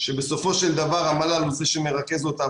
שבסופו של דבר המל"ל הוא זה שמרכז אותה,